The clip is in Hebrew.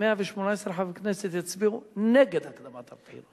118 חברי כנסת יצביעו נגד הקדמת הבחירות.